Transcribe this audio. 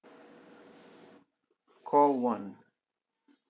call one